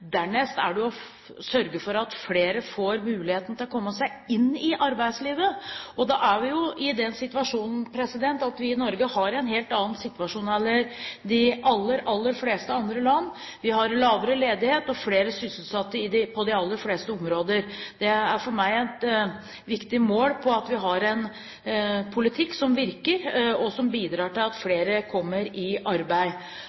Dernest er det å sørge for at flere får mulighet til å komme seg inn i arbeidslivet, og da er det jo slik at vi i Norge har en helt annen situasjon enn i de aller fleste andre land. Vi har lavere ledighet og flere sysselsatte på de aller fleste områder. Det er for meg et viktig mål på at vi har en politikk som virker, og som bidrar til at